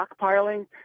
stockpiling